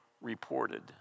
reported